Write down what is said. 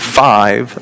five